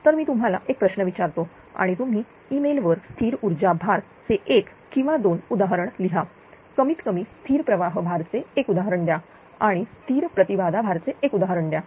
तर मी तुम्हाला एक प्रश्न विचारतो आणि तुम्ही ई मेल वर स्थिर ऊर्जा भार चे एक किंवा दोन उदाहरण लिहा कमीत कमी स्थिर प्रवाह भार चे एक उदाहरण द्या आणि स्थिर प्रतिबाधा भार चे एक उदाहरण द्या